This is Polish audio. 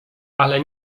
ale